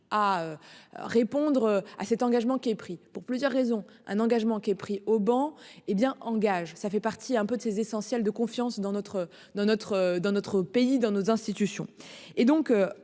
à. Répondre à cet engagement qui est pris pour plusieurs raisons. Un engagement qui est pris au banc hé bien engage ça fait partie un peu de ses essentiel de confiance dans notre dans notre dans notre